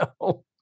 no